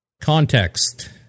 context